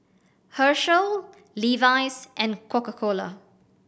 Herschel Levi's and Coca Cola